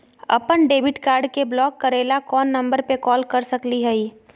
अपन debit card के block करे ला कौन नंबर पे कॉल कर सकली हई?